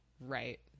right